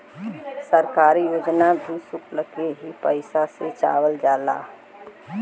सरकारी योजना भी सुल्क के ही पइसा से चलावल जाला